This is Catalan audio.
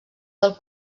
del